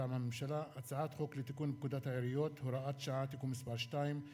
מטעם הממשלה: הצעת חוק לתיקון פקודת העיריות (הוראת שעה) (תיקון מס' 2),